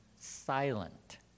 silent